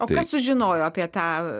o kas sužinojo apie tą